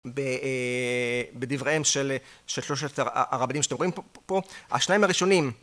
בדבריהם של שלושת הרבנים שאתם רואים פה השניים הראשונים